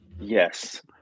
Yes